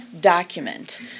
document